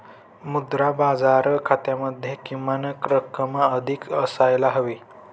मुद्रा बाजार खात्यामध्ये किमान रक्कम अधिक असायला हवी